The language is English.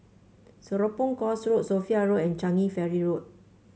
Serapong Course Road Sophia Road and Changi Ferry Road